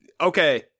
okay